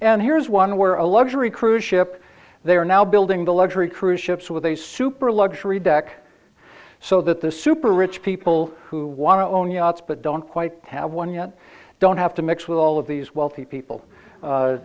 and here's one where a luxury cruise ship they're now building the luxury cruise ships with a super luxury deck so that the super rich people who want to own yachts but don't quite have one yet don't have to mix with all of these wealthy people